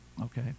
Okay